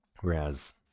whereas